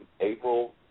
April